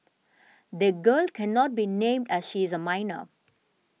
the girl cannot be named as she is a minor